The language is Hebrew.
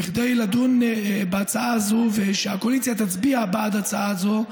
כדי לדון בהצעה הזאת ושהקואליציה תצביע בעד ההצעה הזאת,